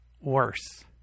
worse